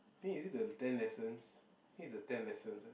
I think is it the ten lessons I think is the ten lessons eh